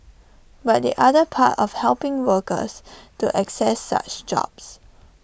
but the other part of helping workers to access such jobs